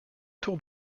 tour